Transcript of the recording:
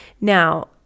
Now